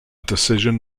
decision